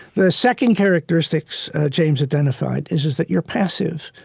the second characteristic james identified is is that you're passive.